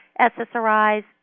SSRIs